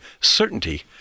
certainty